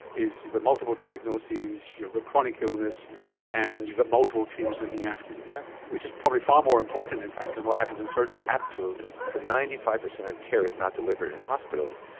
is you've got multiple diagnoses, you've got chronic illness and you've got multiple teams looking after you, yeah which is probably far more important in fact than what happens in surgery. absolutely. so ninety five percent of care is not delivered in hospitals.